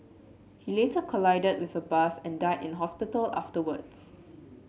he later collided with a bus and died in the hospital afterwards